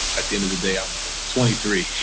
at the end of the day, i'm twenty three.